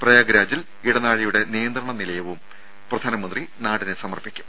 പ്രയാഗ് രാജിൽ ഇടനാഴിയുടെ നിയന്ത്രണ നിലയവും പ്രധാനമന്ത്രി നാടിന് സമർപ്പിക്കും